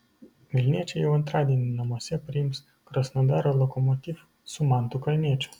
vilniečiai jau antradienį namuose priims krasnodaro lokomotiv su mantu kalniečiu